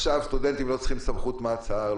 סטודנטים לא צריכים סמכות מעצר,